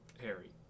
harry